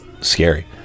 scary